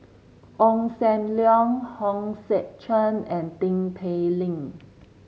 Ong Sam Leong Hong Sek Chern and Tin Pei Ling